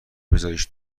بزاریش